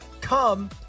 Come